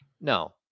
No